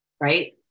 right